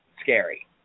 scary